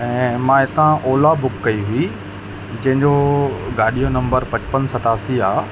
ऐं मां हितां ओला बुक कई हुई जंहिंजो गाॾी जो नंबर पचपन सतासी आहे